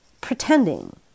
pretending